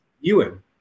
Ewan